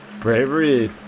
Bravery